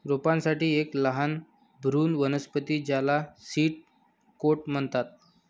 रोपांसाठी एक लहान भ्रूण वनस्पती ज्याला सीड कोट म्हणतात